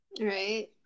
Right